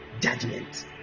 judgment